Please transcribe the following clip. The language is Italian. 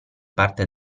parte